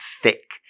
thick